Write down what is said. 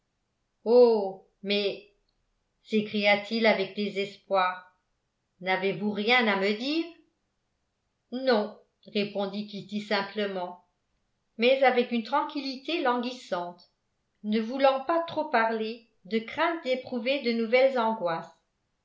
oh mais s'écria-t-il avec désespoir n'avez-vous rien à me dire non répondit kitty simplement mais avec une tranquillité languissante ne voulant pas trop parler de crainte d'éprouver de nouvelles angoisses